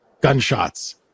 gunshots